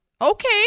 okay